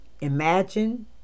imagine